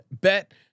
bet